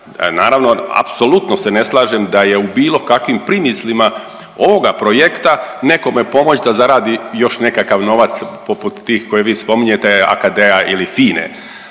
Naravno apsolutno se ne slažem da je u bilo kakvim primislima ovoga projekta nekome pomoći da zaradi još nekakav novac poput tih koje vi spominjete AKD-a ili FINE.